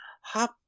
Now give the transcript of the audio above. Hop